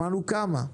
שמענו כמה מהם.